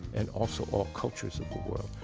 and also all cultures of the world.